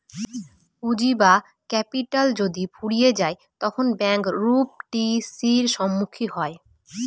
পুঁজি বা ক্যাপিটাল যদি ফুরিয়ে যায় তখন ব্যাঙ্ক রূপ টি.সির সম্মুখীন হয়